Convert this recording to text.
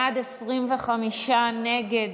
בעד, 25, נגד,